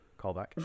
Callback